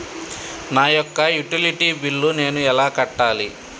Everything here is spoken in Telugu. నా యొక్క యుటిలిటీ బిల్లు నేను ఎలా కట్టాలి?